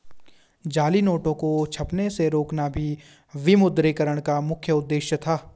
जाली नोटों को छपने से रोकना भी विमुद्रीकरण का मुख्य उद्देश्य था